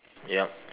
yup